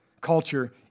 culture